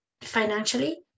financially